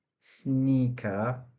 sneaker